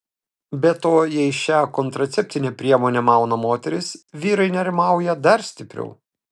be to jei šią kontraceptinę priemonę mauna moteris vyrai nerimauja dar stipriau